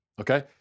okay